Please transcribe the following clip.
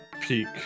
peak